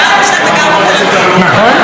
אמרת שאתה גר בתל אביב, נכון.